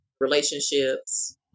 relationships